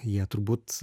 jie turbūt